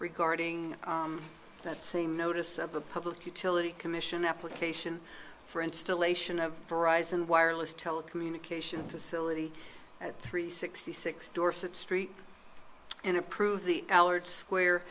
regarding that same notice of a public utility commission application for installation of verizon wireless telecommunications facility at three sixty six dorset street and approve the allard square